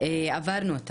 עברנו את